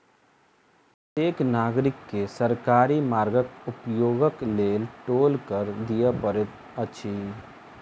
प्रत्येक नागरिक के सरकारी मार्गक उपयोगक लेल टोल कर दिअ पड़ैत अछि